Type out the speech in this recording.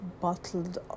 bottled